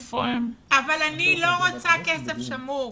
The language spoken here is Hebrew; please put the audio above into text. אני לא רוצה כסף שמור.